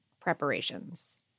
preparations